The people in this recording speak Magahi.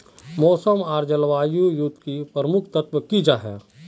मौसम आर जलवायु युत की प्रमुख तत्व की जाहा?